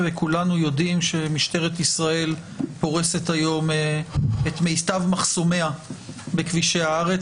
וכולנו יודעים שמשטרת ישראל פורסת היום את מיטב מחסומיה בכבישי הארץ,